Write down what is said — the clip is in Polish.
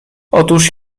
otóż